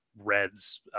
Reds